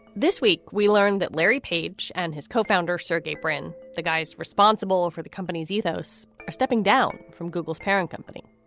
this week, we learned that larry page and his co-founder, sergei brin, the guys responsible for the company's ethos, are stepping down from google's parent company.